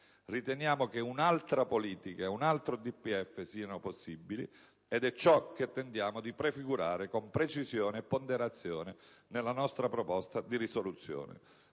Riteniamo che un'altra politica e un altro DPEF siano possibili ed è ciò che tentiamo di prefigurare con precisione e ponderazione nella nostra proposta di risoluzione.